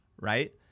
right